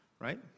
Right